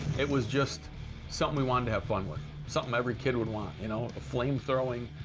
it was just something we wanted to have fun with, something every kid would want, you know, flame-throwing,